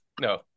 No